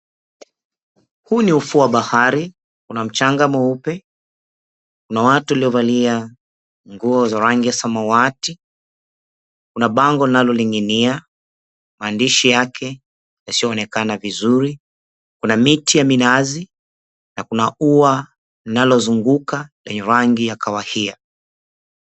Huu ni ufuo wa bahari, kuna mchanga mweupe, kuna watu waliovalia nguo za rangi ya samawati, kuna bango linaloning'inia maandishi yake yasioonekana vizuri. Kuna miti ya minazi na kuna ua linalozunguka ni rangi ya kahawia.